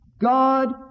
God